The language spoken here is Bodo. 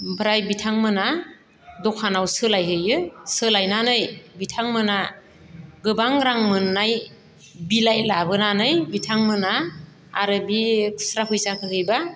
ओमफ्राय बिथांमोना दखानाव सोलायहैयो सोलायनानै बिथांमोना गोबां रां मोन्नाय बिलाइ लाबोनानै बिथांमोना आरो बे खुस्रा फैसाखौ हैबा